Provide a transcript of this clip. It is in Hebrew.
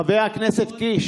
למה הוא, חבר הכנסת קיש.